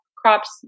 crops